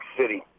City